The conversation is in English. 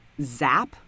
zap